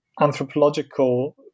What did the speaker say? anthropological